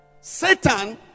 Satan